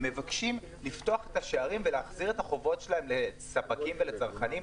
הם מבקשים לפתוח את השערים ולהחזיר את החובות שלהם לספקים ולצרכנים.